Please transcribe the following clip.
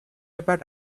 about